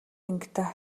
ангидаа